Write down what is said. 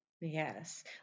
Yes